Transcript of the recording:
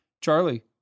Charlie